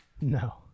No